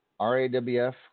RAWF